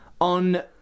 on